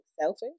selfish